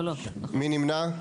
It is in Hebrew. מי נמנע?